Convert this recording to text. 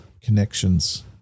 connections